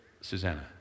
Susanna